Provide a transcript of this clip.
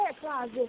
closet